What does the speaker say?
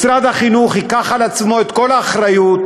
משרד החינוך ייקח על עצמו את כל האחריות